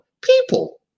People